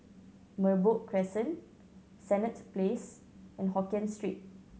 Merbok Crescent Senett Place and Hokkien Street